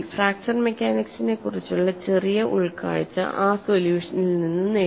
fracture മെക്കാനിക്സിനെക്കുറിച്ചുള്ള ചെറിയ ഉൾക്കാഴ്ച ആ സൊല്യൂഷനിൽ നിന്ന് നേടി